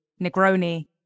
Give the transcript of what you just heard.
Negroni